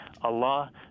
Allah